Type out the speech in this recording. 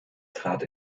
trat